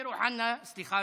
סמי אבו שחאדה, סליחה,